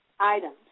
items